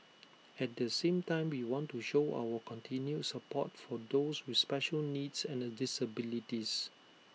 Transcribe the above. at the same time we want to show our continued support for those with special needs and disabilities